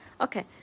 Okay